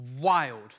wild